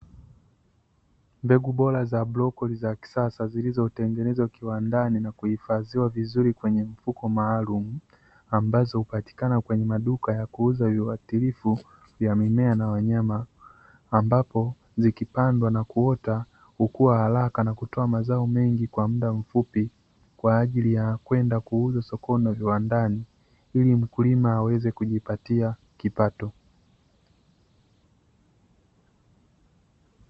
Mbegu bora za brocoli za kisasa zilizotengenezwa kiwandani na kuhifadhiwa vizuri kwenye mfuko maalumu ambazo hupatikana kwenye maduka ya kuuza viwatilifu vya mimea na wanyama ambapo zikipandwa na kuota hukuwa haraka na kutoa mazao mengi kwa muda mfupi kwa ajili ya kwenda kuuza sokoni na viwandani ili mkulima aweze kujipatia kipato.